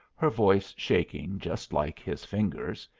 her voice shaking just like his fingers,